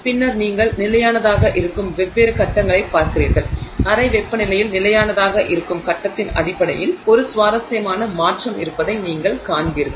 பின்னர் நீங்கள் நிலையானதாக இருக்கும் வெவ்வேறு கட்டங்களைப் பார்க்கிறீர்கள் அறை வெப்பநிலையில் நிலையானதாக இருக்கும் கட்டத்தின் அடிப்படையில் ஒரு சுவாரஸ்யமான மாற்றம் இருப்பதை நீங்கள் காண்பீர்கள்